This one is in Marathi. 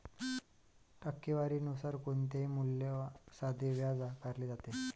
टक्केवारी नुसार कोणत्याही मूल्यावर साधे व्याज आकारले जाते